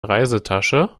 reisetasche